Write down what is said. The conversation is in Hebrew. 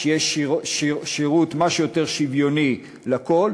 שיהיה שירות מה שיותר שוויוני לכול,